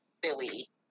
Billy